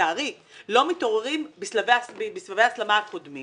ולצערי לא מתעוררים בסבבי הסלמה קודמים